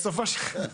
בסופו של דבר,